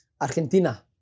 argentina